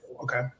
Okay